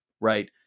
Right